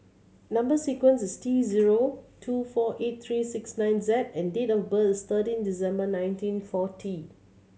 number sequence is T zero two four eight three six nine Z and date of birth is thirteen December nineteen forty